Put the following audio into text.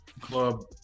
club